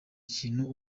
kintu